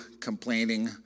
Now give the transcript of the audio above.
complaining